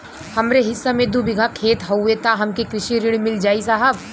हमरे हिस्सा मे दू बिगहा खेत हउए त हमके कृषि ऋण मिल जाई साहब?